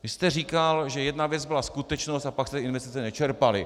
Vy jste říkal, že jedna věc byla skutečnost, a pak jste investice nečerpali.